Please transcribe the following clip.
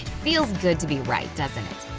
feels good to be right, doesn't it?